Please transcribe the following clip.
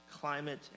climate